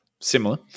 similar